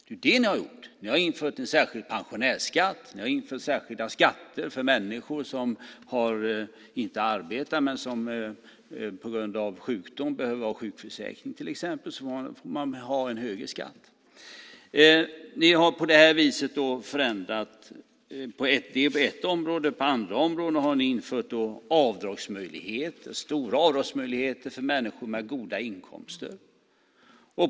Det är det ni har gjort. Ni har infört en särskild pensionärsskatt och ni har infört särskilda skatter för människor som inte har arbete men som på grund av sjukdom behöver ha sjukförsäkring till exempel. De får en högre skatt. Ni har på det här viset förändrat det hela på ett område. På andra områden har ni infört stora avdragsmöjligheter för människor med goda inkomster.